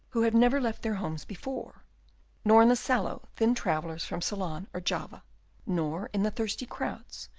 who had never left their homes before nor in the sallow, thin travellers from ceylon or java nor in the thirsty crowds,